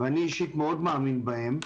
ואני אישית מאוד מאמין בהן,